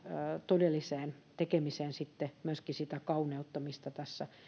todelliseen tekemiseen sitten myöskin sitä kauneutta mistä tässä